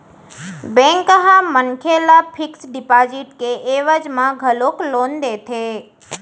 bank ह मनखे ल फिक्स डिपाजिट के एवज म घलोक लोन देथे